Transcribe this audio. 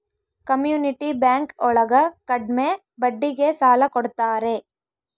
community bank ಒಳಗ ಕಡ್ಮೆ ಬಡ್ಡಿಗೆ ಸಾಲ ಕೊಡ್ತಾರೆ